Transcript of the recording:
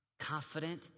confident